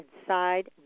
inside